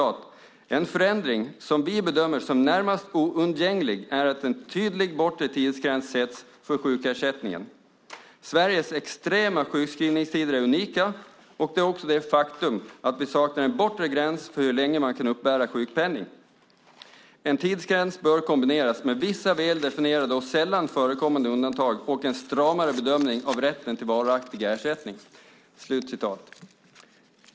"En förändring vi bedömer som närmast oundgänglig är att en tydlig tidsgräns sätts för sjukpenningen. Sveriges extrema sjukskrivningstider är unika och det är också det faktum att vi saknar en bortre gräns för hur länge man kan uppbära sjukpenning. - En tidsgräns bör kombineras med vissa väl definierade och sällan förekommande undantag och en stramare bedömning av rätten till varaktig ersättning."